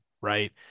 Right